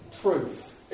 Truth